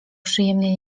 przyjemnie